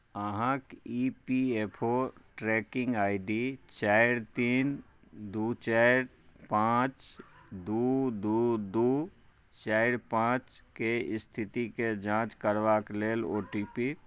अहाँक E P F O tracking I D चारि तीन दू चारि पाँच दू दू दू चारि पाँचके स्थितिके जाँच करबाक लेल ओ टी पी